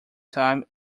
time